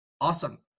awesome